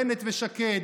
בנט ושקד,